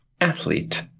athlete